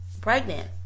pregnant